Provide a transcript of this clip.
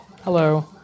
hello